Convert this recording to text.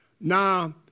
Now